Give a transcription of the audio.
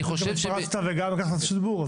אתם גם התפרצת וגם לקחת את רשות הדיבור.